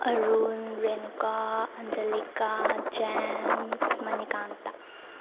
Arun Renuka Anjalika James Manikanta